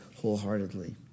wholeheartedly